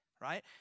Right